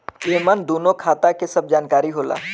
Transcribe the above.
एमन दूनो खाता के सब जानकारी होला